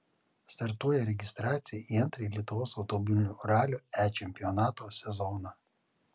startuoja registracija į antrąjį lietuvos automobilių ralio e čempionato sezoną